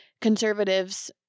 Conservatives